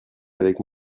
avec